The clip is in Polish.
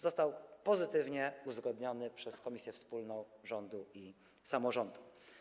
Został on pozytywnie oceniony przez komisję wspólną rządu i samorządu.